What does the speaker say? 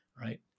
right